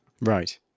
right